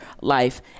life